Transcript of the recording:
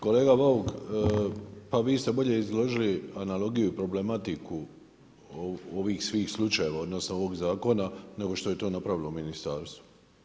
Kolega Bauk, pa vi ste bolje izložili analogiju i problematiku ovih svih slučajeva odnosno ovog zakona nego što je to napravilo ministarstvo.